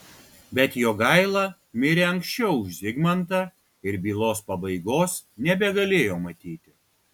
bet jogaila mirė anksčiau už zigmantą ir bylos pabaigos nebegalėjo matyti